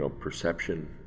perception